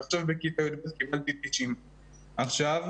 עכשיו בכיתה י"ב קיבלתי 90. עכשיו,